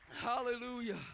hallelujah